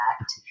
Act